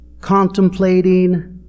contemplating